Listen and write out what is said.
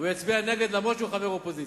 הוא יצביע נגד, אף שהוא חבר אופוזיציה.